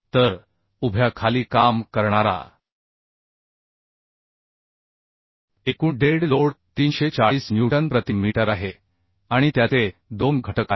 तर वरून खाली उभ्या खाली काम करणाराएकूण डेड लोड 340 न्यूटन प्रति मीटर आहे आणि त्याचे 2 घटक आहेत